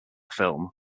film